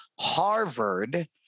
Harvard